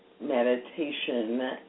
meditation